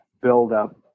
build-up